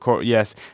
yes